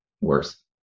worse